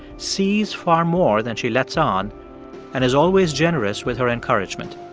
sees far more than she lets on and is always generous with her encouragement.